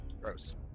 Gross